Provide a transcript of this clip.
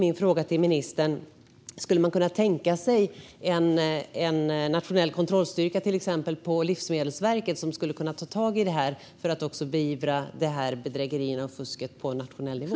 Min fråga till ministern är: Skulle man kunna tänka sig till exempel en nationell kontrollstyrka på Livsmedelsverket som kunde ta tag i det här så att bedrägerierna och fusket beivras på nationell nivå?